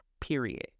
period